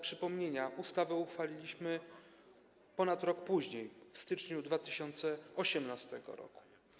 Przypomnę, że ustawę uchwaliliśmy ponad rok później, w styczniu 2018 r.